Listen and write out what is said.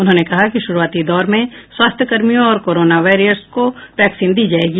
उन्होंने कहा कि शुरूआती दौर में स्वास्थ्यकर्मियों और कोरोना वॉरियर्स को वैक्सीन दी जायेगी